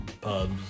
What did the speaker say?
pubs